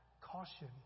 caution